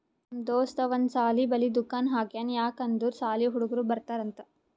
ನಮ್ ದೋಸ್ತ ಒಂದ್ ಸಾಲಿ ಬಲ್ಲಿ ದುಕಾನ್ ಹಾಕ್ಯಾನ್ ಯಾಕ್ ಅಂದುರ್ ಸಾಲಿ ಹುಡುಗರು ಬರ್ತಾರ್ ಅಂತ್